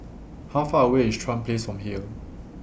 How Far away IS Chuan Place from here